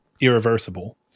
irreversible